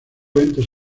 ventas